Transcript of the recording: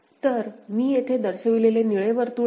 तर मी येथे दर्शविलेले निळे वर्तुळ आहे